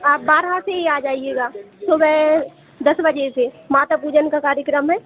आप बारह से ही आ जाइएगा सुबह दस बजे से माता पूजन का कार्यक्रम है